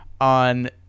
on